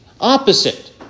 opposite